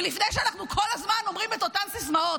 -- ולפני שאנחנו כל הזמן אומרים את אותן סיסמאות,